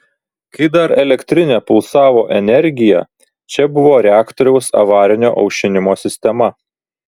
kai dar elektrinė pulsavo energija čia buvo reaktoriaus avarinio aušinimo sistema